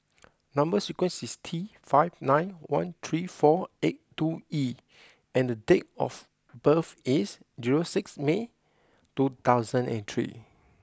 number sequence is T five nine one three four eight two E and date of birth is zero six May two thousand and three